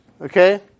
okay